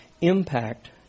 impact